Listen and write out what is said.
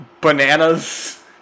bananas